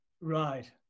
Right